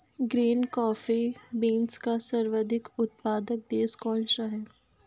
Green coffee beans का सर्वाधिक उत्पादक देश कौन सा है?